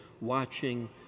watching